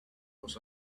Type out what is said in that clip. was